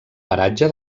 paratge